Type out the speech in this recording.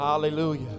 Hallelujah